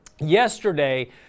yesterday